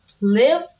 live